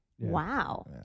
Wow